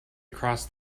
across